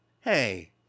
hey